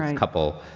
um and couple.